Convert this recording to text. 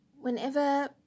whenever